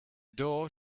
door